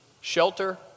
Shelter